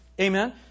Amen